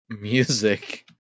music